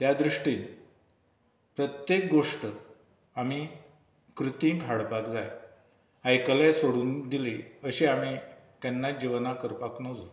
त्या दृश्टीन प्रत्येक गोष्ट आमी कृतींत हाडपाक जाय आयकलें सोडून दिली अशें आमी केन्नात जिवनात करपाक नजो